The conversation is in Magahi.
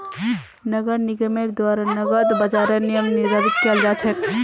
नगर निगमेर द्वारा नकद बाजारेर नियम निर्धारित कियाल जा छेक